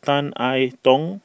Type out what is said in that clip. Tan I Tong